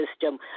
system